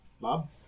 Bob